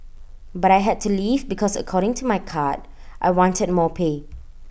but I had to leave because according to my card I wanted more pay